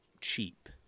cheap